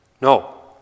No